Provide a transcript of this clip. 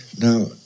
Now